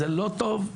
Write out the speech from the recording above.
זה לא טוב,